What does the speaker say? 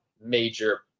major